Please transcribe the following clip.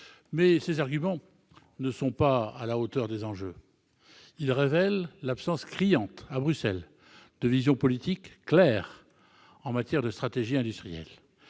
» Ces arguments ne sont pas à la hauteur des enjeux, ils révèlent l'absence criante, à Bruxelles, de vision politique claire en matière de stratégie industrielle.